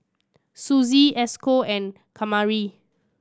Suzy Esco and Kamari